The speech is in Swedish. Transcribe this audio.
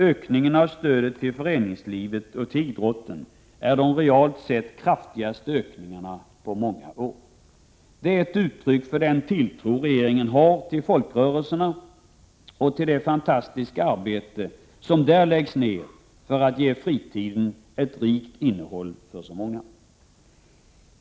Ökningen av stödet till föreningslivet och till idrotten är de realt sett kraftigaste ökningarna på många år. Det är ett uttryck för den tilltro regeringen har till folkrörelserna och till det fantastiska arbete som där läggs ned för att ge fritiden ett rikt innehåll för så många.